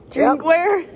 Drinkware